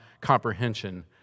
comprehension